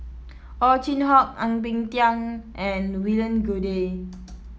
Ow Chin Hock Ang Peng Tiam and William Goode